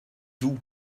vous